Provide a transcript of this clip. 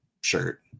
shirt